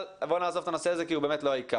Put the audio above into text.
אבל בוא נעזוב את הנושא הזה כי הוא באמת לא העיקר.